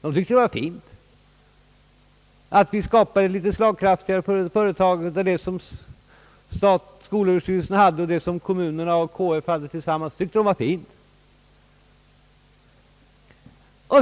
De tyckte det var fint att vi skapar ett slagkraftigare företag än det som skolöverstyrelsen har och det som kommunerna och KF har tillsammans.